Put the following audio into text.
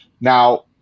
Now